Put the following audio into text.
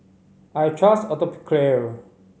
I trust Atopiclair